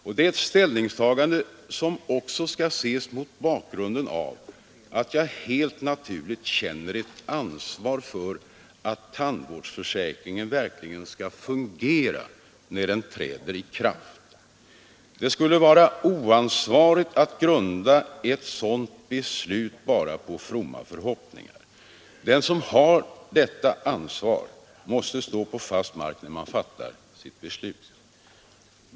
Det är ett ställningstagande som också skall ses mot bakgrunden av att jag helt naturligt känner ett ansvar för att tandvårdsförsäkringen verkligen skall fungera när den träder i kraft. Det skulle vara oansvarigt att grunda ett sådant beslut bara på fromma förhoppningar. Den som har detta ansvar måste stå på fast mark när han fattar sitt beslut.